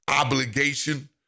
obligation